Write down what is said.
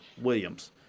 Williams